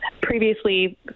previously